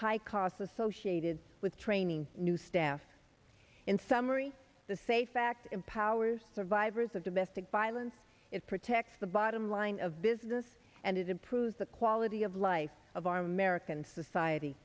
high costs associated with training new staff in summary the safe fact empowers survivors of domestic violence it protects the bottom line of business and it improves the quality of life of our american society